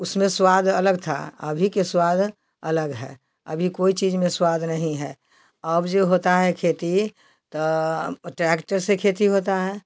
उसमें स्वाद अलग था अभी के स्वाद अलग है अभी कोई चीज में स्वाद नहीं है अब जो होता है खेती तो ट्रेक्टर से खेती होता है